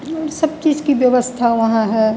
और सब चीज की व्यवस्था वहाँ है